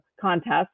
contest